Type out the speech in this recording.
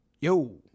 Yo